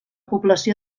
població